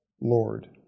Lord